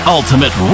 Ultimate